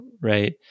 right